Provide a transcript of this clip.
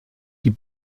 die